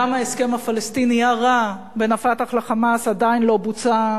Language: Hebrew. גם ההסכם הפלסטיני הרע בין ה"פתח" ל"חמאס" עדיין לא בוצע,